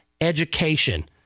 education